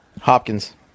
Hopkins